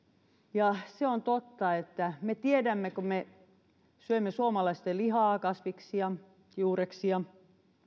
ja se on totta että kun me syömme suomalaista lihaa kasviksia juureksia